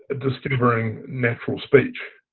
ah discovering natural speech.